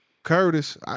Curtis